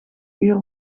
uur